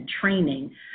training